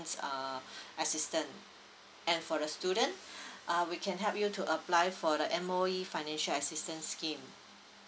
uh assistance and for the student uh we can help you to apply for the M_O_E financial assistance scheme